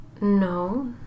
No